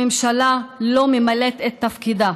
הממשלה לא ממלאת את תפקידה.